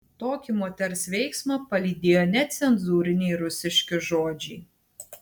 tokį moters veiksmą palydėjo necenzūriniai rusiški žodžiai